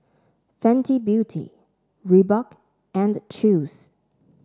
Fenty Beauty Reebok and Chew's